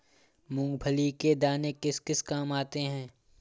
मूंगफली के दाने किस किस काम आते हैं?